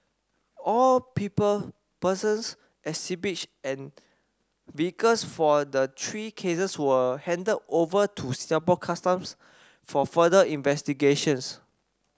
all people persons exhibits and vehicles for the three cases were handed over to Singapore Customs for further investigations